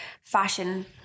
fashion